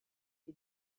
été